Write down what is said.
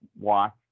watch